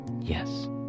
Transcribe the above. Yes